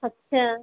अच्छा